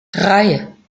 drei